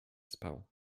spał